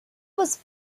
was